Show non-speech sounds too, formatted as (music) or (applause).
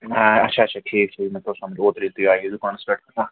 آ اچھا اچھا ٹھیٖک ٹھیٖک مےٚ توٚر سمٕجھ اوترَے ییٚلہِ تُہۍ آیِو دُکانَس پٮ۪ٹھ (unintelligible)